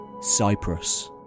Cyprus